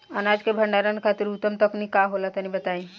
अनाज के भंडारण खातिर उत्तम तकनीक का होला तनी बताई?